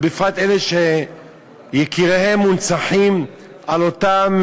בפרט אלה שיקיריהם מונצחים באותם,